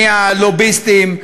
מהלוביסטים,